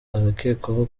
arakekwaho